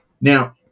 Now